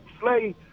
Slay